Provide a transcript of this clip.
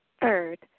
Third